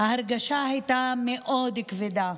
ההרגשה הייתה מאוד כבדה.